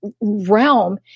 realm